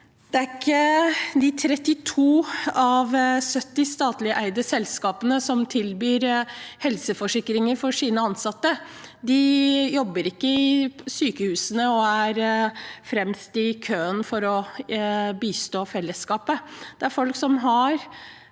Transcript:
De 32 av de 70 statlig eide selskapene som tilbyr helseforsikringer for sine ansatte, jobber ikke i sykehusene og er ikke fremst i køen for å bistå fellesskapet. Det er folk med